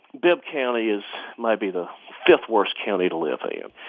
bibb county is maybe the fifth worst county to live yeah